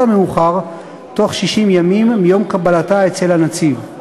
המאוחר בתוך 60 ימים מיום קבלתה אצל הנציב.